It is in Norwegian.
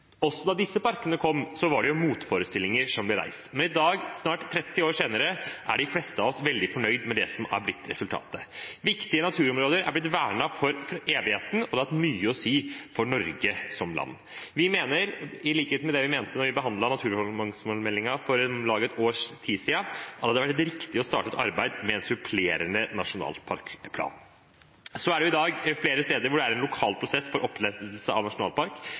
da disse parkene kom, ble det reist motforestillinger, men i dag, snart 30 år senere, er de fleste av oss veldig fornøyd med det som er blitt resultatet. Viktige naturområder er blitt vernet for evigheten, og det har hatt mye å si for Norge som land. Vi mener, i likhet med det vi mente da vi behandlet naturmangfoldmeldingen for om lag et års tid siden, at det hadde vært riktig å starte et arbeid med en supplerende nasjonalparkplan. Det er i dag flere steder hvor det er en lokal prosess for opprettelse av nasjonalpark.